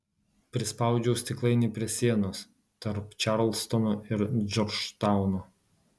prispaudžiau stiklainį prie sienos tarp čarlstono ir džordžtauno